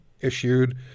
issued